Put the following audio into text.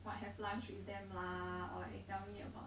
what have lunch with them lah or like they tell me about